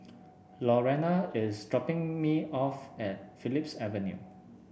Lorena is dropping me off at Phillips Avenue